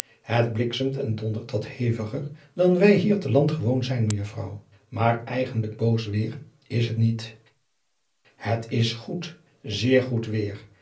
het bliksemt en dondert wat heviger dan wij hier te land gewoon zijn mejuffrouw maar eigenlijk boos weêr is het niet het is goed zeer goed weêr